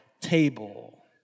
table